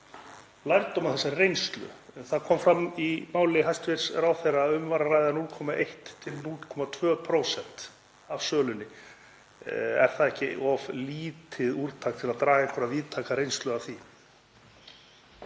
lærdóm af þessari reynslu þá kom fram í máli hæstv. ráðherra að um væri að ræða 0,1–0,2% af sölunni. Er það ekki of lítið úrtak til að draga einhverja víðtæka reynslu af því?